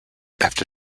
after